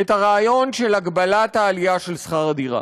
את הרעיון של הגבלת העלייה של שכר הדירה,